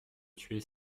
tuer